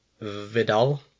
Vidal